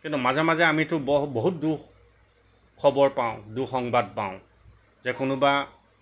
কিন্তু মাজে মাজে আমিতো ব বহুত দুঃখবৰ পাওঁ দুঃসংবাদ পাওঁ যে কোনোবা